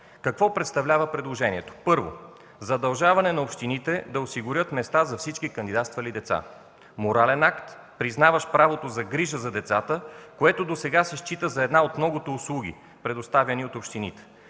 Какво представлява предложението? Първо, задължаване на общините да осигурят места за всички кандидатствали деца – морален акт, признаващ правото на грижа за децата, което досега се счита за една от многото услуги, предоставени от общините.